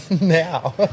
Now